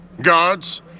Guards